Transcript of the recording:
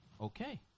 Okay